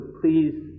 please